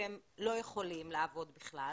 כי הם לא יכולים לעבוד בכלל.